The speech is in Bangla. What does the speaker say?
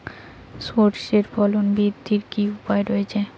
সর্ষের ফলন বৃদ্ধির কি উপায় রয়েছে?